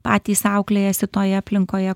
patys auklėjasi toj aplinkoje